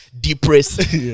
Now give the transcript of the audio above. depressed